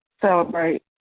celebrate